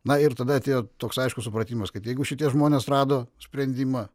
na ir tada atėjo toks aiškus supratimas kad jeigu šitie žmonės rado sprendimą